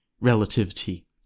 Relativity